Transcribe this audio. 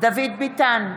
דוד ביטן,